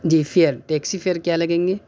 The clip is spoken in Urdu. جی فیئر ٹیکسی فیئر کیا لگیں گے